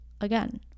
again